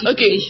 Okay